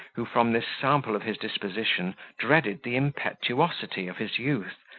who, from this sample of his disposition, dreaded the impetuosity of his youth,